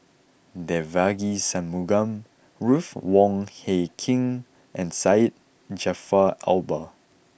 Devagi Sanmugam Ruth Wong Hie King and Syed Jaafar Albar